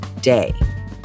day